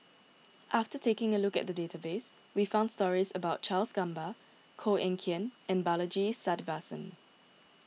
after taking a look at the database we found stories about Charles Gamba Koh Eng Kian and Balaji Sadasivan